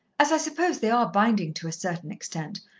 as i suppose they are binding to a certain extent,